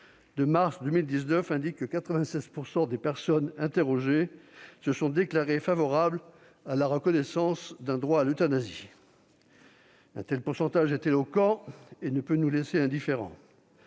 de mars 2019, 96 % des personnes interrogées sont favorables à la reconnaissance d'un droit à l'euthanasie. Un tel pourcentage est éloquent et ne peut pas nous laisser indifférents